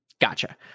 Gotcha